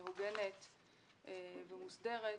הוגנת ומוסדרת,